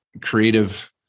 creative